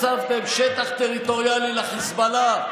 מסרתם שטח טריטוריאלי לחיזבאללה,